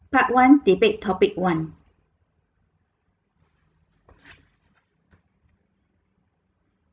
part one debate topic one